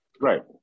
Right